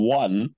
one